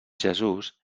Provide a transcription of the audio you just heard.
jesús